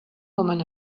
woman